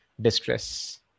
distress